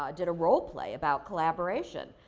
ah did a role play about collaboration,